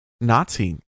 nazi